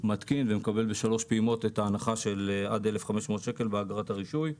מתקין ומקבל בשלוש פעימות את ההנחה של עד 1,500 שקל באגרת הרישוי.